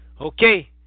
Okay